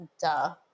duh